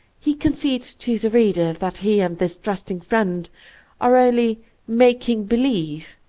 he concedes to the reader that he and this trusting friend are only making believe.